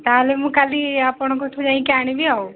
ତା'ହେଲେ ମୁଁ କାଲି ଆପଣଙ୍କଠୁଁ ଯାଇ କି ଆଣିବି ଆଉ